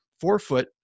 forefoot